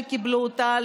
כשקיבלו אותה,